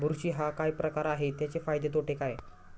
बुरशी हा काय प्रकार आहे, त्याचे फायदे तोटे काय?